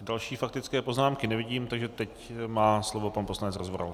Další faktické poznámky nevidím, takže teď má slovo pan poslanec Rozvoral.